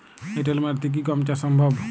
এঁটেল মাটিতে কি গম চাষ সম্ভব?